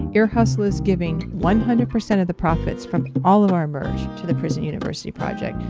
ear hustle is giving one hundred percent of the profits from all of our merch to the prison university project.